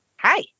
Hi